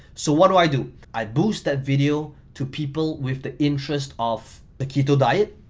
so what do i do, i boost that video to people with the interest of the keto diet,